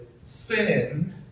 sin